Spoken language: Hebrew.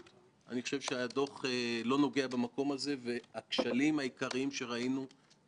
על הבנקים כושל בשמירת זכויותינו כאזרחים,